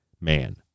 man